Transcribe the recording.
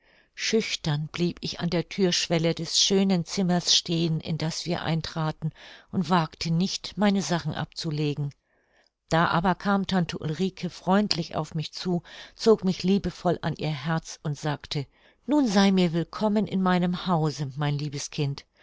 schüchtern blieb ich an der thürschwelle des schönen zimmers stehen in das wir eintraten und wagte nicht meine sachen abzulegen da aber kam tante ulrike freundlich auf mich zu zog mich liebevoll an ihr herz und sagte nun sei mir willkommen in meinem hause mein liebes kind